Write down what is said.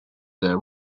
there